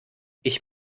ich